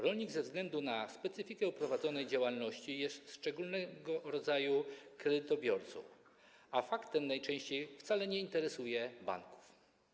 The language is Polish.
Rolnik ze względu na specyfikę prowadzonej działalności jest szczególnego rodzaju kredytobiorcą, a fakt ten najczęściej wcale nie interesuje banków.